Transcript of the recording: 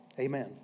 Amen